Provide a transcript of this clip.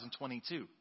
2022